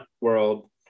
world